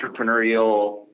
entrepreneurial